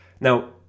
Now